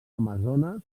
amazones